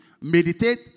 Meditate